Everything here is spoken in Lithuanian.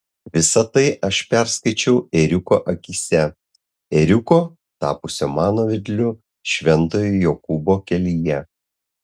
visa tai aš perskaičiau ėriuko akyse ėriuko tapusio mano vedliu šventojo jokūbo kelyje